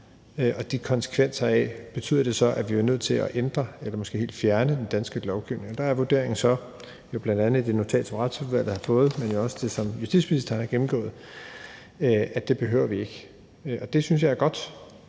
der er af den, og betyder det så, at vi er nødt til at ændre eller måske helt fjerne den danske lovgivning? Og der er vurderingen så, jo bl.a. i det notat, som Retsudvalget har fået, men også i det, som justitsministeren har gennemgået, at det behøver vi ikke. Det synes jeg er godt,